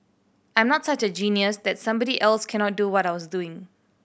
I'm not such a genius that somebody else cannot do what I was doing